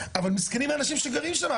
אבל מסכנים האנשים שגרים שמה,